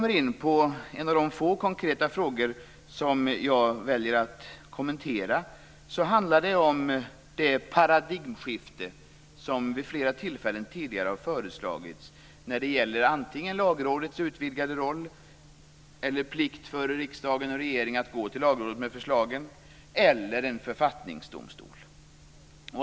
En av de få konkreta frågor som jag väljer att kommentera handlar om det paradigmskifte som vid flera tillfällen tidigare har föreslagits när det gäller Lagrådets utvidgade roll eller plikt för riksdagen och regeringen att gå till Lagrådet med förslagen eller inrättandet av en författningsdomstol.